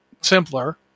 simpler